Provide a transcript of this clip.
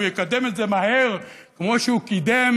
הוא יקדם את זה מהר כמו שהוא קידם